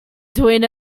doing